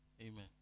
Amen